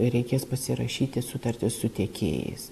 reikės pasirašyti sutartį su tiekėjais